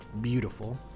beautiful